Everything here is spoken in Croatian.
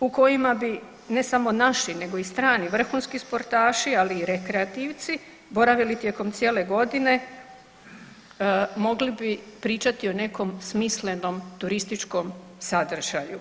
u kojima bi ne samo naši nego i strani vrhunski sportaši ali i rekreativci boravili tijekom cijele godine mogli bi pričati o nekom smislenom turističkom sadržaju.